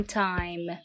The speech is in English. time